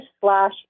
slash